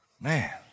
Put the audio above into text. man